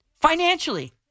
Financially